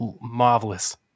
marvelous